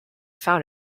found